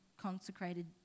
consecrated